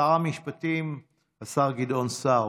שר המשפטים השר גדעון סער,